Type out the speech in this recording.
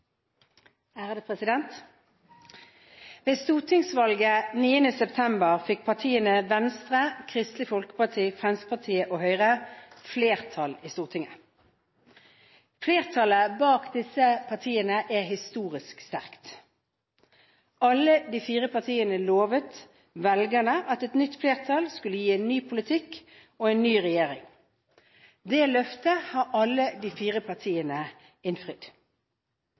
reglementsmessig måte. Ved stortingsvalget 9. september fikk partiene Venstre, Kristelig Folkeparti, Fremskrittspartiet og Høyre flertall i Stortinget. Flertallet bak disse partiene er historisk sterkt. Alle de fire partiene lovte velgerne at et nytt flertall skulle gi en ny politikk og en ny regjering. Det løftet har alle de fire partiene innfridd.